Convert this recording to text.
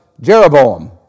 Jeroboam